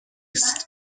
است